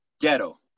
ghetto